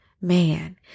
Man